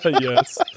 Yes